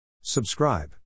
Subscribe